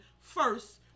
first